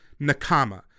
Nakama